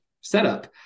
setup